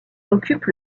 occupe